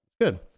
good